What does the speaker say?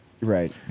right